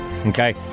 Okay